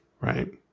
right